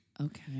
Okay